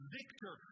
victor